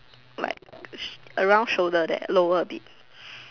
like around shoulder there lower a bit